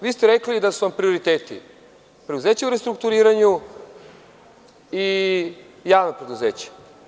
Vi ste rekli da su vam prioriteti preduzeća u restrukturiranju i javna preduzeća